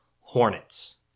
Hornets